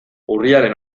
urriaren